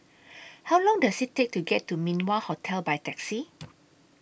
How Long Does IT Take to get to Min Wah Hotel By Taxi